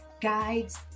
guides